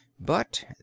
But